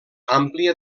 àmplia